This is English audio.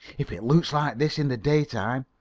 if it looks like this in the daytime,